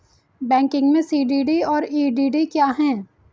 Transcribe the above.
Banking में CDD और EDD क्या हैं?